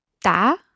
Da